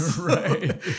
Right